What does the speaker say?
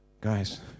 Guys